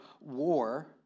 war